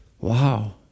Wow